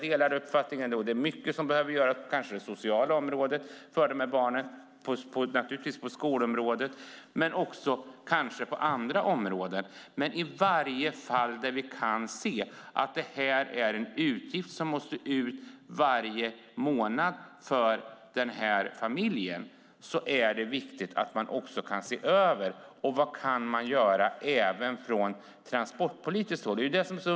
Det är mycket som behöver göras för de här barnen på det sociala området och på skolområdet. Men det här är en utgift för familjen varje månad. Det är viktigt att se över vad man kan göra från transportpolitiskt håll.